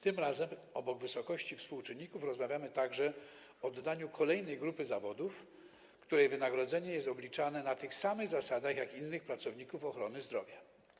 Tym razem oprócz wysokości współczynników rozmawiamy także o dodaniu kolejnej grupy zawodów, której wynagrodzenie jest obliczane na tych samych zasadach, jakie dotyczą innych pracowników ochrony zdrowia.